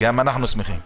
גם אנחנו שמחים.